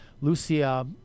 Lucia